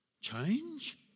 Change